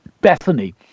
bethany